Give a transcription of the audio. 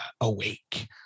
awake